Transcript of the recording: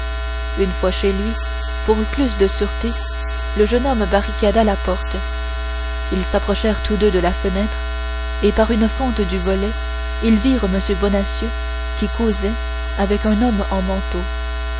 une fois chez lui pour plus de sûreté le jeune homme barricada la porte ils s'approchèrent tous deux de la fenêtre et par une fente du volet ils virent m bonacieux qui causait avec un homme en manteau